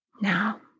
Now